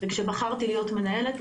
וכשבחרתי להיות מנהלת,